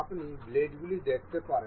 আপনি ব্লেডগুলি দেখতে পারেন